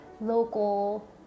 local